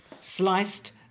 sliced